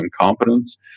incompetence